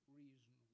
reason